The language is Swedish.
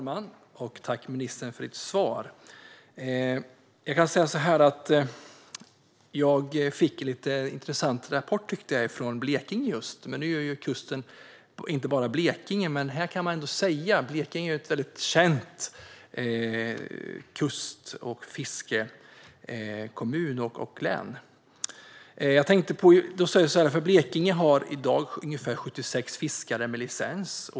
Herr talman! Tack, ministern, för svaret! Jag fick en lite intressant rapport från Blekinge. Även om kusten naturligtvis är mer än bara Blekinge är det ett känt kust och fiskelän. I Blekinge finns det från den 1 januari ungefär 76 fiskare med licens.